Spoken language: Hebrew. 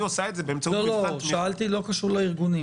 אני אעשה את זה -- לא קשור לארגונים,